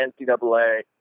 NCAA